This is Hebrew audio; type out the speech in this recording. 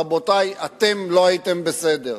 רבותי, אתם לא הייתם בסדר,